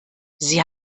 sie